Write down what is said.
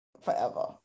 forever